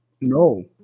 No